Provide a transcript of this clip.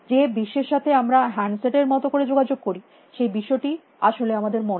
যে বিশ্বের সাথে আমরা হ্যান্ডসেট এর মত করে যোগাযোগ করি সেই বিশ্বটি আসলে আমাদের মনের